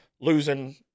losing